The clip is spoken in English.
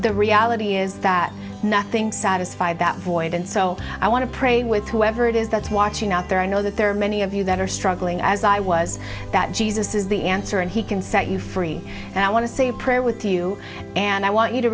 the reality is that nothing satisfy that void and so i want to pray with whoever it is that's watching out there i know that there are many of you that are struggling as i was that jesus is the answer and he can set you free and i want to say a prayer with you and i want you to